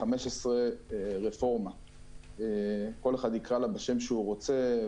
מ-2015 רפורמה, כל אחד יקרא לה בשם שהוא רוצה.